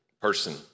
person